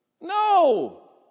No